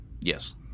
Yes